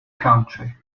country